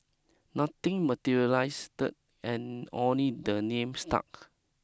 nothing materialised dirt and only the name stuck